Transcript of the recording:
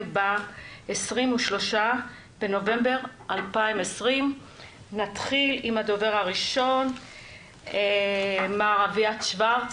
ב-23 בנובמבר 2020. נתחייל עם הדובר הראשון מר אביעד שוורץ,